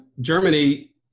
germany